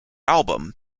album